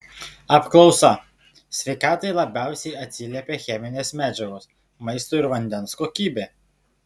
apklausa sveikatai labiausiai atsiliepia cheminės medžiagos maisto ir vandens kokybė